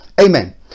Amen